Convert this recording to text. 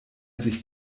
sich